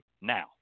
now